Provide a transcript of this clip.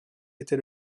était